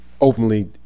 openly